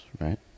right